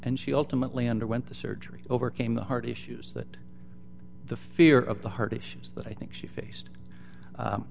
and she ultimately underwent the surgery overcame the heart issues that the fear of the heart issues that i think she faced